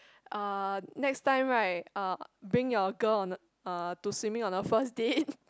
uh next time right uh bring your girl on a uh to swimming on the first date